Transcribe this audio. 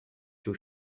too